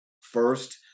first